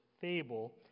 fable